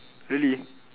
really